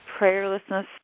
prayerlessness